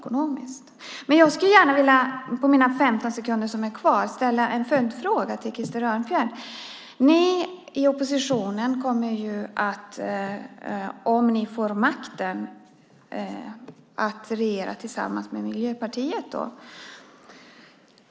Under de 15 sekunder som är kvar av min talartid skulle jag vilja ställa en följdfråga till Krister Örnfjäder. Ni kommer om ni får makten att regera tillsammans med Miljöpartiet.